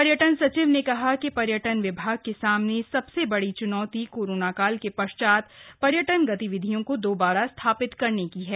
पर्यटन सचिव ने कहा कि पर्यटन विभाग के सामने सबसे बड़ी चुनौती कोरोना काल के पश्चात पर्यटन गतिविधियों को दोबारा स्थापित करने की है